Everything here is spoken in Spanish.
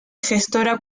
gestora